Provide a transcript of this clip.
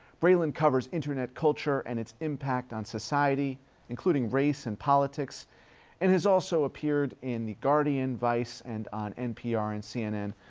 breland covers internet culture and its impact on society including race and politics and has also appeared in the guardian, vice and on npr and cnn.